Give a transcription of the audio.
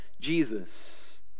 Jesus